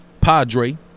Padre